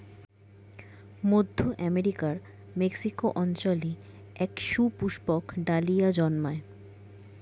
মধ্য আমেরিকার মেক্সিকো অঞ্চলে এক সুপুষ্পক ডালিয়া জন্মায়